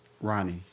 Ronnie